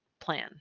plan